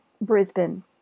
Brisbane